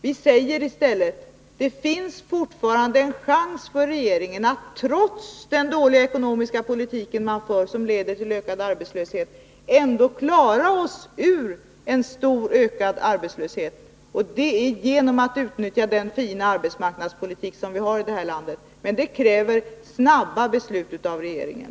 Vi säger i stället: Det finns fortfarande en chans för regeringen, trots den dåliga ekonomiska politik den för och som leder till att allt fler blir arbetslösa, att ändå klara oss ur en stor ökad arbetslöshet. Den chansen ligger i att man utnyttjar den fina arbetsmarknadspolitik som vi har i det här landet, men det kräver snabba beslut av regeringen.